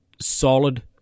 solid